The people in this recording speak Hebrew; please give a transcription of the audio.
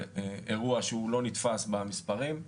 זה אירוע שלא נתפס במספרים.